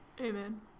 Amen